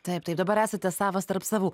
taip taip dabar esate savas tarp savų